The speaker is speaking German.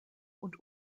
und